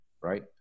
right